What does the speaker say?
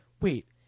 wait